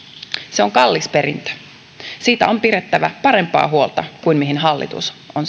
se on kallis perintö siitä on pidettävä parempaa huolta kuin mihin hallitus on